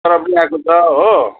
जरा पनि आएको छ हो